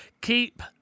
keep